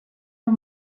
los